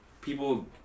people